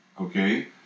okay